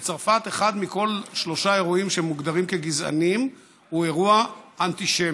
בצרפת אחד מכל שלושה אירועים שמוגדרים כגזעניים הוא אירוע אנטישמי,